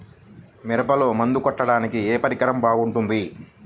మిరపలో మందు కొట్టాడానికి ఏ పరికరం బాగుంటుంది?